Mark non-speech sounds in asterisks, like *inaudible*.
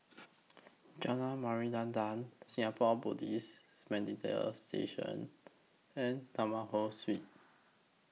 Jalan *unintelligible* Singapore Buddhist *unintelligible* Station and Taman Ho Swee